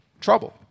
trouble